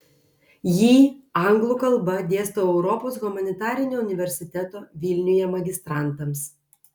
jį anglų kalba dėstau europos humanitarinio universiteto vilniuje magistrantams